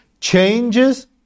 changes